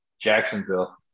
Jacksonville